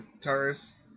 taurus